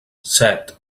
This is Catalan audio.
set